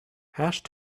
hash